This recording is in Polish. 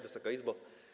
Wysoka Izbo!